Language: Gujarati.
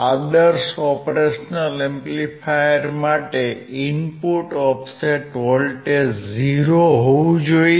આદર્શ Op Amp માટે ઇનપુટ ઓફસેટ વોલ્ટેજ 0 હોવું જોઈએ